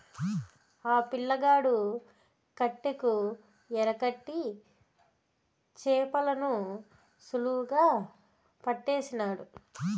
ఆ పిల్లగాడు కట్టెకు ఎరకట్టి చేపలను సులువుగా పట్టేసినాడు